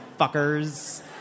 fuckers